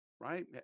right